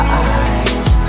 eyes